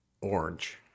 orange